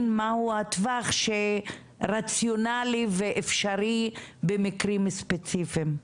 מהו הטווח שרציונלי ואפשרי במקרים ספציפיים.